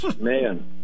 Man